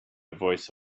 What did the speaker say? voice